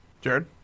Jared